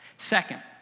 Second